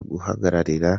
guhagararira